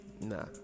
Nah